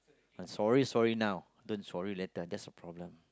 sorry sorry now don't sorry later just problem